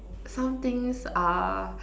some things are